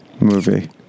movie